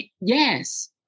yes